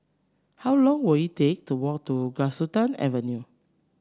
how long will it take to walk to Galistan Avenue